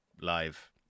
live